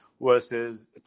Versus